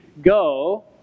go